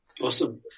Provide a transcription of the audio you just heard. awesome